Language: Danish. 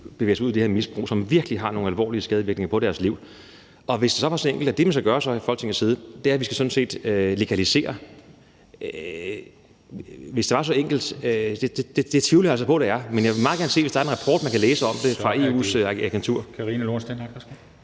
bevæger sig ud i det her misbrug, som virkelig har nogle alvorlige skadevirkninger på deres liv, så hvis det bare var så enkelt, at det, man skulle gøre fra Folketingets side, sådan set var at legalisere, gjorde vi det. Det tvivler jeg altså på det er, men jeg vil meget gerne se det, hvis der er en rapport fra EU's agentur, hvor man kan læse